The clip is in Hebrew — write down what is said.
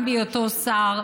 גם בהיותו שר,